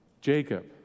Jacob